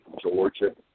Georgia